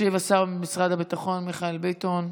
ישיב השר במשרד הביטחון מיכאל ביטון.